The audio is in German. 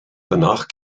danach